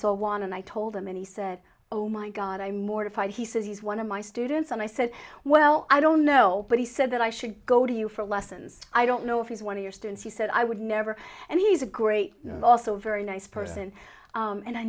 saw one and i told him and he said oh my god i'm mortified he says he's one of my students and i said well i don't know but he said that i should go to you for lessons i don't know if he's one of your students he said i would never and he's a great also very nice person and i